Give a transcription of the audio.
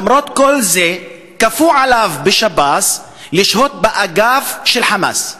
למרות כל זה כפו עליו בשב"ס לשהות באגף של "חמאס".